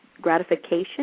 gratification